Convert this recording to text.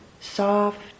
soft